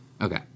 Okay